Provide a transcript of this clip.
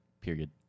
period